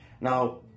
Now